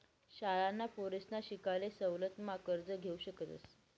शाळांना पोरसना शिकाले सवलत मा कर्ज घेवू शकतस